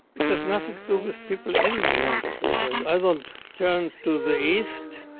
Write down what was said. it has nothing to do with people in the land of israel. i don't turn to the east,